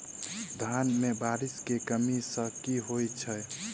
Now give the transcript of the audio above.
धान मे बारिश केँ कमी सँ की होइ छै?